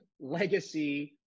legacy